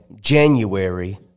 January